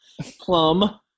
Plum